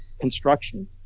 construction